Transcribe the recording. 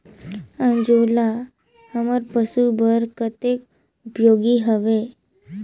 अंजोला हमर पशु बर कतेक उपयोगी हवे?